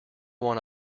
one